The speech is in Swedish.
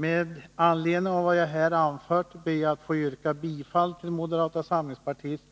Med anledning av vad jag här anfört ber jag att få yrka bifall till moderata samlingspartiets